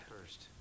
first